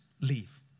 leave